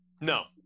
No